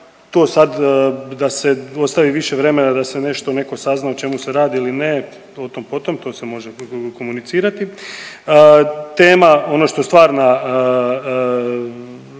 To sad da se ostavi više vremena da se nešto netko sazna o čemu se radi ili ne o tom potom, to se može komunicirati. Tema ono što stvarna